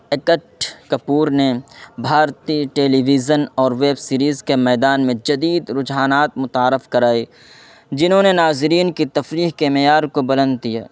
ایکٹھ کپور نے بھارتی television اور ویب سیریز کے میدان میں جدید رجحانات متعارف کرائے جنہوں نے ناظرین کی تفریح کے معیار کو بلند دیا